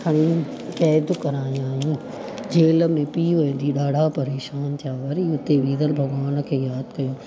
खणी क़ैदु करायां इहा जेल में पीउ ऐं धीउ ॾाढा परेशान थिया वरी हुते विरल भॻवान खे यादि कयूं